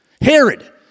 Herod